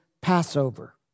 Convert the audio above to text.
Passover